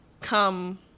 come